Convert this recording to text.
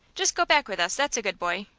just go back with us, that's a good boy.